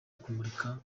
kumurika